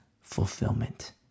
fulfillment